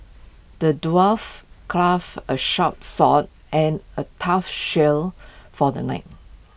the dwarf crafted A sharp sword and A tough shield for the knight